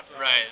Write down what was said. right